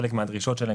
חלק מהדרישות שלהם,